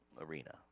arena